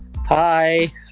Hi